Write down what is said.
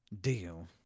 Deal